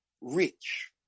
rich